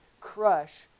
crush